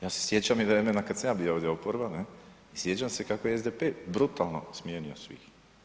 Ja se sjećam vremena kad sam ja bio ovdje oporba, ne, i sjećam se kako je SDP brutalno smijenio svih.